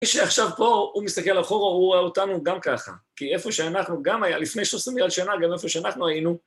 מי שעכשיו פה, הוא מסתכל אחורה, הוא רואה אותנו גם ככה. כי איפה שאנחנו גם היה, לפני שלוש עשרה מיליון שנה, גם איפה שאנחנו היינו.